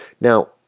Now